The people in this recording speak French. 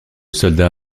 soldat